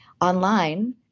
online